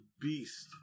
beast